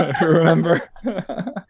Remember